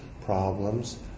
problems